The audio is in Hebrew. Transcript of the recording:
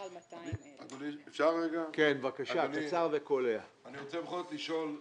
אדוני, אני רוצה כל זאת לשאול.